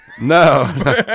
No